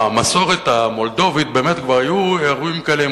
במסורת המולדובית באמת כבר היו אירועים כאלה עם